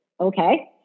Okay